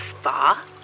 spa